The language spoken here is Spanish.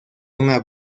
una